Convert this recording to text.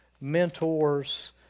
mentors